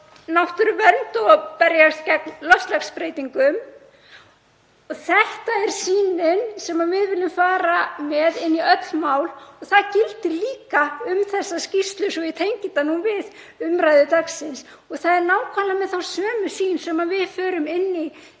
náttúruvernd — og að berjast gegn loftslagsbreytingum. Þetta er sýnin sem við viljum fara með inn í öll mál og það gildir líka um þessa skýrslu svo að ég tengi þetta nú við umræðu dagsins. Það er nákvæmlega með þá sömu sýn sem við förum inn í þá